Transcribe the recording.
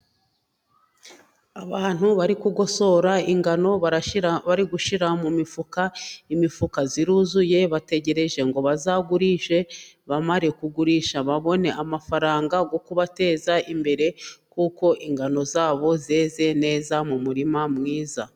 Abantu bari kugosora ingano bari gushyira mu mifuka. Imifuka iruzuye, bategereje ngo bazagurishe, bamare kugurisha babone amafaranga yo kubateza imbere, kuko ingano zabo zeze neza mu murima mwiza.